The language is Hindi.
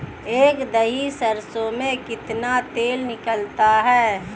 एक दही सरसों में कितना तेल निकलता है?